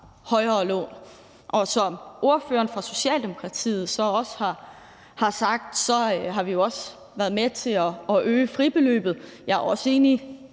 højere lån. Som ordføreren for Socialdemokratiet også har sagt, har vi jo også været med til at øge fribeløbet. Jeg er også enig i